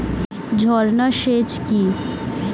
ঝর্না সেচ কি?